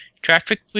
Traffic